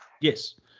Yes